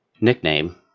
nickname